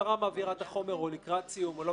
המשטרה מעבירה את החומר לקראת סיום ואז